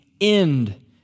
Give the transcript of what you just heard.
end